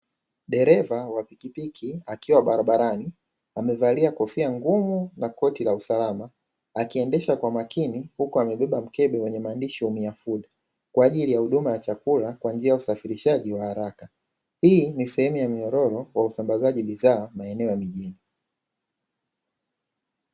Dereva wa pikipiki akiwa barabarani amevalia kofia ngumu na koti la usalama, akiendesha kwa makini huku amebeba mkebe wenye maandishi ‘Yumia food’ kwa ajili ya huduma ya chakula kwa njia ya usafirishaji wa haraka; hii ni sehemu ya minyororo kwa usambazaji bidhaa maeneo ya mijini.